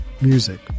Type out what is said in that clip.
Music